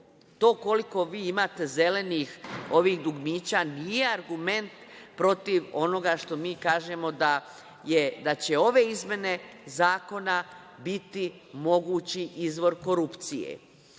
To koliko vi imate zelenih ovih dugmića nije argument protiv onoga što mi kažemo da će ove izmene zakona biti mogući izvor korupcije. Vi